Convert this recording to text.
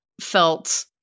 felt